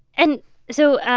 and so,